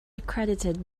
accredited